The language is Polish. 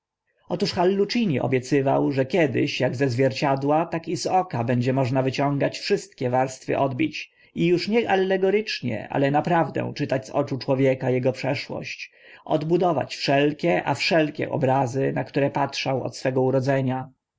otóż hallucini obiecywał że kiedyś ak ze zwierciadła tak i z oka będzie można wyciągać wszystkie warstwy odbić i uż nie alegorycznie ale naprawdę czytać z oczu człowieka ego przeszłość odbudować wszelkie a wszelkie obrazy na które patrzał od swego urodzenia